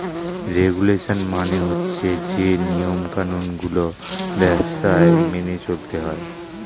regulation মানে হচ্ছে যে নিয়ম কানুন গুলো ব্যবসায় মেনে চলতে হয়